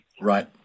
Right